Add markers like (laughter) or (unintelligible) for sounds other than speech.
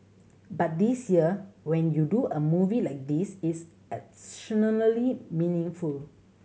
but this year when you do a movie like this it's (unintelligible) meaningful